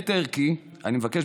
בהיבט הערכי אני מבקש,